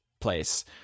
place